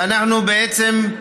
ואנחנו, בעצם,